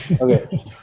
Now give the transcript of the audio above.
Okay